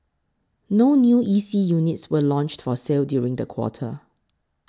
no new E C units were launched for sale during the quarter